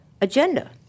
agenda